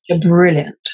Brilliant